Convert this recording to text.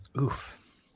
Oof